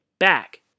back